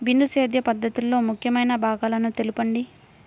బిందు సేద్య పద్ధతిలో ముఖ్య భాగాలను తెలుపండి?